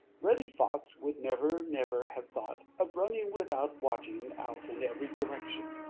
reddy fox would never, never have thought of running without watching out in every direction.